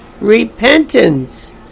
Repentance